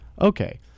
okay